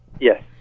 Yes